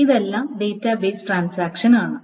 ഇതെല്ലാം database transaction ആണ്